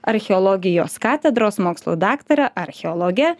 archeologijos katedros mokslų daktare archeologe